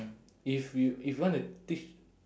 if you if you want to teach